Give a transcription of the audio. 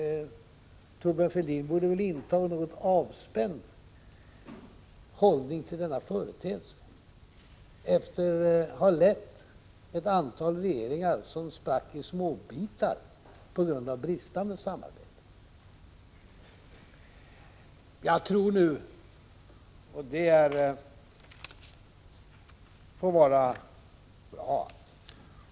Thorbjörn Fälldin borde väl inta en något avspänd hållning till denna företeelse, efter att ha lett ett antal regeringar som sprack i småbitar på grund av bristande samarbete.